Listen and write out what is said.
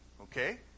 okay